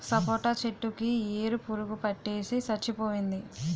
సపోటా చెట్టు కి ఏరు పురుగు పట్టేసి సచ్చిపోయింది